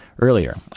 earlier